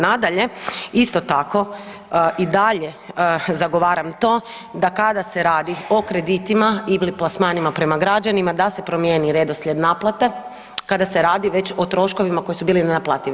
Nadalje, isto tako i dalje zagovaram to da kada se radi o kreditima ili plasmanima prema građanima da se promijeni redoslijed naplate kada se radi već o troškovima koji su bili nenaplativi.